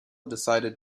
decided